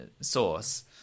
source